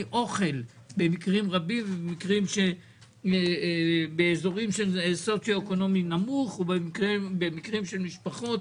אוכל במקרים רבים ובאזורים של סוציואקונומי נמוך ובמקרים של משפחות